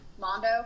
Mondo